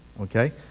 okay